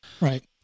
Right